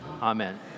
amen